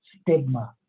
stigma